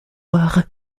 noire